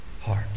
heart